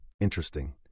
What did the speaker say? Interesting